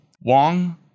Wong